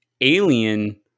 Alien